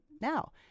now